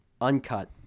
uncut